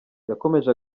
yakomeje